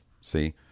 See